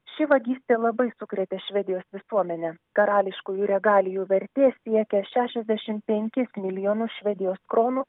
ši vagystė labai sukrėtė švedijos visuomenę karališkųjų regalijų vertė siekia šešiasdešimt penkis milijonus švedijos kronų